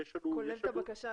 אני אשמח